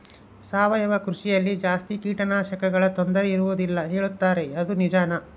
ಸಾವಯವ ಕೃಷಿಯಲ್ಲಿ ಜಾಸ್ತಿ ಕೇಟನಾಶಕಗಳ ತೊಂದರೆ ಇರುವದಿಲ್ಲ ಹೇಳುತ್ತಾರೆ ಅದು ನಿಜಾನಾ?